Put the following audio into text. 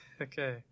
okay